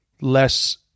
less